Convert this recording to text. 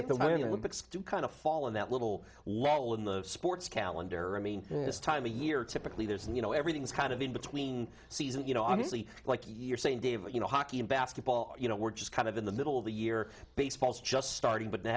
to kind of fall in that little level in the sports calendar i mean this time a year typically there's a you know everything's kind of in between seasons you know obviously like you're saying dave you know hockey and basketball you know we're just kind of in the middle of the year baseball's just starting but they